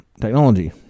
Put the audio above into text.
technology